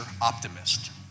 optimist